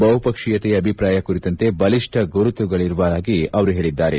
ಬಹುಪಕ್ಷೀಯತೆಯ ಅಭಿಪ್ರಾಯ ಕುರಿತಂತೆ ಬಲಿಷ್ಠ ಗುರುತುಗಳಿರುವುದಾಗಿ ಅವರು ಹೇಳಿದರು